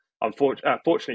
unfortunately